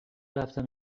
رفتم